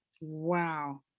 Wow